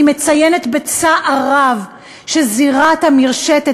אני מציינת בצער רב שזירת המרשתת,